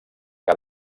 que